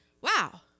wow